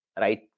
right